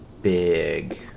big